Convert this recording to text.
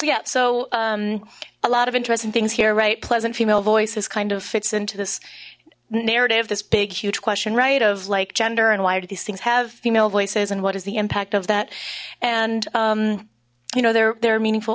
yeah so a lot of interesting things here right pleasant female voice is kind of fits into this narrative this big huge question right of like gender and why do these things have female voices and what is the impact of that and you know they're they're meaningful